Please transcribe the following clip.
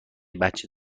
بچه